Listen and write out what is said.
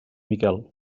miquel